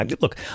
Look